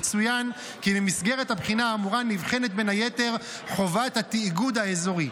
יצוין כי במסגרת הבחינה האמורה נבחנת בין היתר חובת התאגוד האזורי.